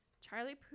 Charlie